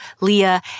Leah